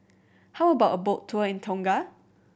how about a boat tour in Tonga